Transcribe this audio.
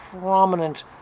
prominent